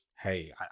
hey